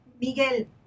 Miguel